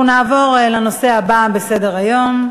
אנחנו נעבור לנושא הבא בסדר-היום: